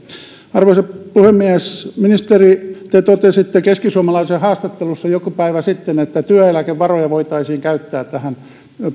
arvoisa puhemies ministeri te totesitte keskisuomalaisen haastattelussa joku päivä sitten että työeläkevaroja voitaisiin käyttää